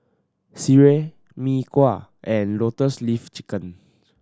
sireh Mee Kuah and Lotus Leaf Chicken